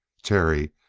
terry,